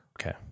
Okay